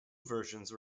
versions